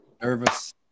Nervous